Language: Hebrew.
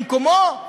במקומו,